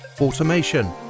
automation